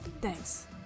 thanks